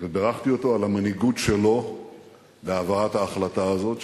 ובירכתי אותו על המנהיגות שלו בהעברת ההחלטה הזאת,